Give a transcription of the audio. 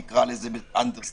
נקרא לזה באנדרסטייטמנט,